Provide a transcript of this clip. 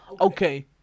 okay